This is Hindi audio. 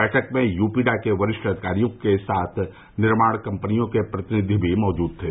बैठक में यूपीडा के वरिष्ठ अधिकारियों के साथ निर्माण कम्पनियों के प्रतिनिधि भी मौजूद थे